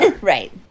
Right